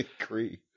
agree